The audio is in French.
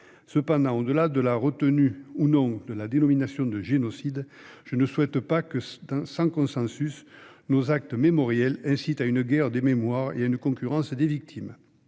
peut ou non retenir la dénomination de génocide, je ne souhaite pas que, sans consensus, nos actes mémoriels incitent à une guerre des mémoires et à une concurrence des victimes.